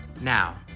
Now